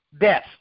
death